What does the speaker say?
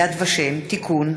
יד ושם (תיקון,